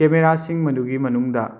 ꯀꯦꯃꯦꯔꯥꯁꯤꯡ ꯃꯗꯨꯒꯤ ꯃꯅꯨꯡꯗ